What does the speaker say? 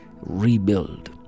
rebuild